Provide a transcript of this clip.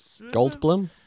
Goldblum